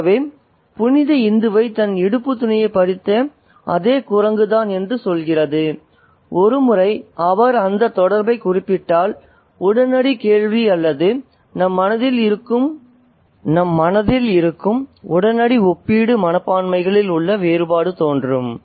ஆகவே புனித இந்துவைத் தன் இடுப்புத் துணியைப் பறித்த அதே குரங்கு தான் என்று கதை சொல்கிறது ஒருமுறை அவர் அந்த தொடர்பைக் குறிப்பிட்டால் உடனடி கேள்வி அல்லது நம் மனதில் இருக்கும் உடனடி ஒப்பீடு மனப்பான்மைகளில் உள்ள வேறுபாடு தோன்றும்